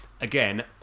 Again